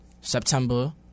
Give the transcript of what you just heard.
September